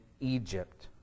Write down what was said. Egypt